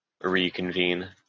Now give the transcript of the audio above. reconvene